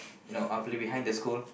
you know I'll play behind the school